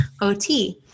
OT